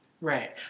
right